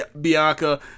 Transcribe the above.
Bianca